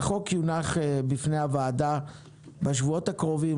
הצעת החוק תונח על שולחן הוועדה בשבועות הקרובים,